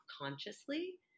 consciously